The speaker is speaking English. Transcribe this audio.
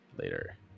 later